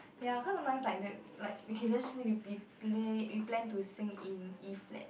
ya cause sometimes like that like okay let's just say we plan to sing in E flat